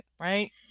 right